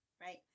right